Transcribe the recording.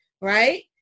Right